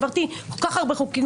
העברתי כל כך הרבה חוקים,